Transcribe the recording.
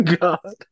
God